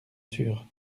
sûr